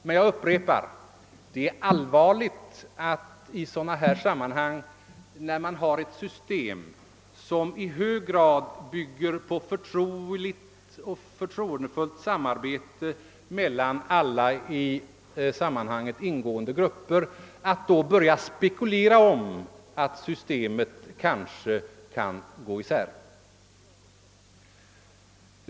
Men jag upprepar: Det är allvarligt att när man har ett system som i hög grad bygger på förtroendefullt samarbete mellan alla ingående grupper börja spekulera i att systemet kanske kan spricka.